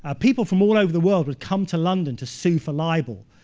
ah people from all over the world would come to london to sue for libel.